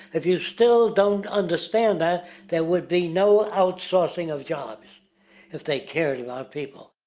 if you still don't understand that there would be no outsourcing of jobs if they cared about people.